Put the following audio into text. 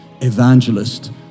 evangelist